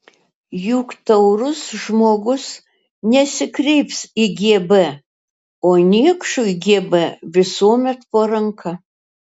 juk taurus žmogus nesikreips į gb o niekšui gb visuomet po ranka